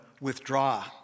withdraw